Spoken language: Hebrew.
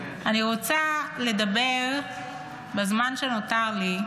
אני רוצה לדבר בזמן שנותר לי,